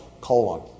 colon